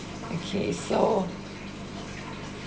okay so